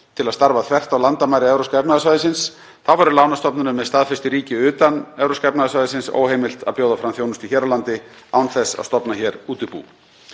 til að starfa þvert á landamæri Evrópska efnahagssvæðisins. Þá verður lánastofnunum með staðfestu í ríki utan Evrópska efnahagssvæðisins óheimilt að bjóða fram þjónustu hér á landi án þess að stofna hér útibú.